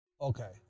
Okay